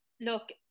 look